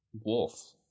wolf